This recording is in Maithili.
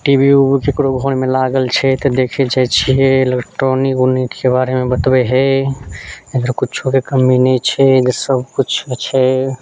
टी वी उबी ककरो घरमे लागल छै तऽ देखऽ जाइ छियै इलेक्ट्रॉनिकके बारेमे बतबै हय अगर कुछोके कमी नहि छै सब कुछ छै